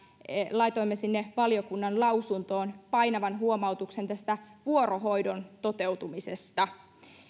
laitoimme sinne valiokunnan lausuntoon painavan huomautuksen tästä vuorohoidon toteutumisesta